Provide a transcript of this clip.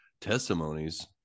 testimonies